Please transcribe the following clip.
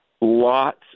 lots